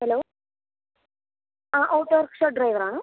hello ആ autorickshaw driver ആണോ